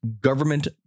government